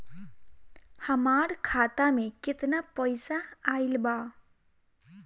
हमार खाता मे केतना पईसा आइल बा?